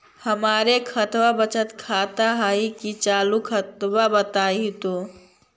हमर खतबा बचत खाता हइ कि चालु खाता, बताहु तो?